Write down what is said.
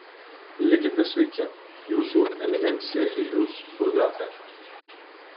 likite sveiki jūsų eminencija ir jūs burggrafe